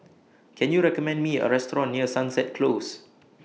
Can YOU recommend Me A Restaurant near Sunset Close